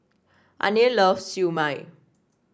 Arne loves Siew Mai